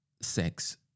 sex